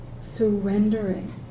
surrendering